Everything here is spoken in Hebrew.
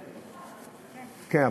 כן,